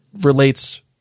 relates